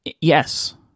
yes